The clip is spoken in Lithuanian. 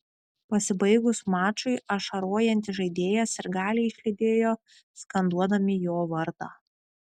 pasibaigus mačui ašarojantį žaidėją sirgaliai išlydėjo skanduodami jo vardą